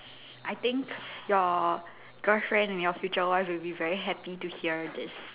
I think your girlfriend and your future wife will be very happy to hear this